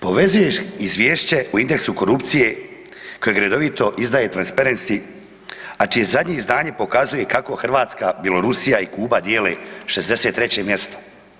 Povezuje izvješće u indeksu korupcije koje redovito izdaje Transparency a čije zadnje izdanje pokazuje kako Hrvatska, Bjelorusija i Kuba dijele 63. mjesto.